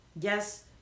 Yes